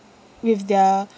with their